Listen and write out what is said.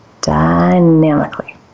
Dynamically